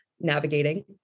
navigating